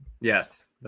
Yes